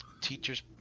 Teachers